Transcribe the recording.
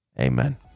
Amen